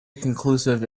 conclusive